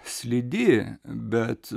slidi bet